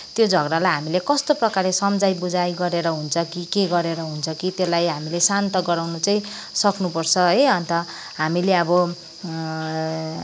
त्यो झगडालाई हामीले कस्तो प्रकारले सम्झाइ बुझाइ गरेर हुन्छ कि के गरेर हुन्छ कि त्यसलाई हामीले शान्त गराउनु चाहिँ सक्नुपर्छ है अन्त हामीले अब